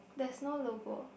there's no logo